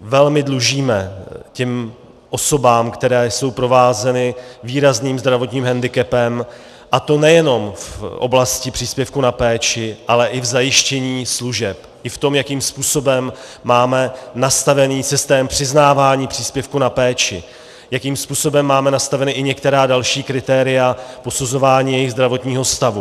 velmi dlužíme těm osobám, které jsou provázeny výrazným zdravotním hendikepem, a to nejenom v oblasti příspěvku na péči, ale i v zajištění služeb, i v tom, jakým způsobem máme nastavený systém přiznávání příspěvku na péči, jakým způsobem máme nastavena i některá další kritéria posuzování jejich zdravotního stavu.